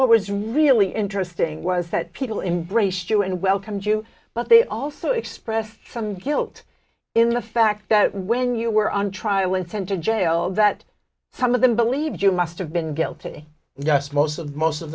was really interesting was that people embraced you and welcomed you but they also expressed some guilt in the fact that when you were on trial intend to jail that some of them believed you must have been guilty yes most of most of